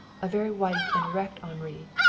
a very white and erect henri,